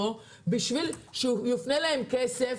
בשביל שיופנה אליהם כסף.